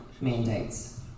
mandates